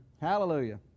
Hallelujah